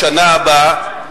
לשנה הבאה.